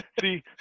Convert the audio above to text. See